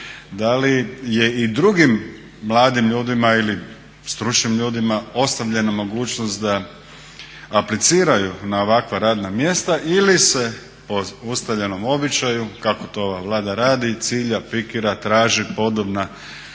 da li je i drugim mladim ljudima ili stručnim ljudima ostavljena mogućnost da apliciraju na ovakva radna mjesta ili se po ustaljenom običaju kako to ova Vlada radi cilja, pikira, traži podobna